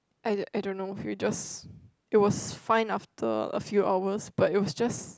I I don't know it was just it was fine after a few hours but it was just